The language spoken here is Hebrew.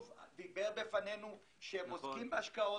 אמר לנו שהם עוסקים בהשקעות,